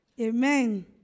Amen